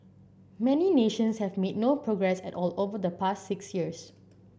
many nations have made no progress at all over the past six years